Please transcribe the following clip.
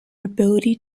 ability